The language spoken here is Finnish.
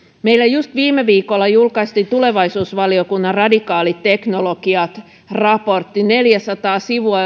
meillä just viime viikolla julkaistiin tulevaisuusvaliokunnan radikaalit teknologiat raportti neljäsataa sivua